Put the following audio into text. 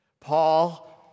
Paul